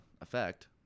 effect